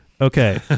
okay